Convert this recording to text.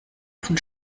offen